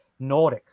Nordics